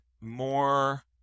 more